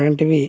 అలాంటివి